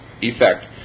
effect